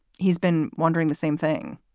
he's been wondering the same thing.